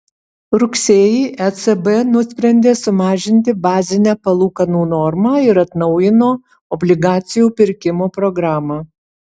rugsėjį ecb nusprendė sumažinti bazinę palūkanų normą ir atnaujino obligacijų pirkimo programą